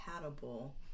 compatible